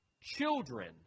children